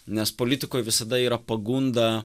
nes politikoj visada yra pagunda